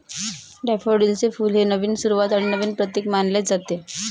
डॅफोडिलचे फुल हे नवीन सुरुवात आणि नवीन प्रतीक मानले जाते